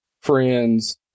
friends